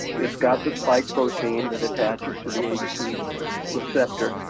it's got the spike protein that attaches to the ace two receptor.